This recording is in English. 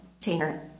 Tainer